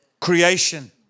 creation